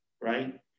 right